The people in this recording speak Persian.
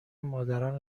مادران